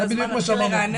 זה הזמן להתחיל לרענן גם